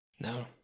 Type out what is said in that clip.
No